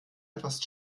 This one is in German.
etwas